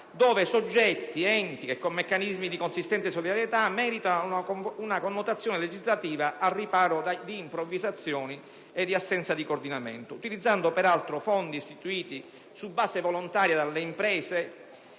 dove soggetti ed enti, con meccanismi di consistente solidarietà, meritano una connotazione legislativa al riparo da improvvisazioni ed assenza di coordinamento. Peraltro, si utilizzerebbero fondi istituiti su base volontaria dalle imprese